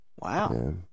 Wow